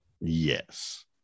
yes